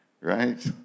Right